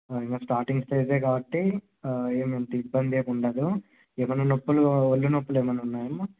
ఇంకా starting stage కాబట్టి ఏమంత ఇబ్బంది ఏం ఉండదు ఏమన్నా నొప్పులు ఒళ్ళునొప్పులు ఏమన్నా ఉన్నాయమ్మా